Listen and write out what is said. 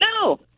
No